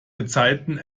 gezeiten